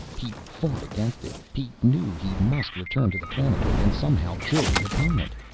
he fought against it. he knew he must return to the planetoid and somehow kill the opponent.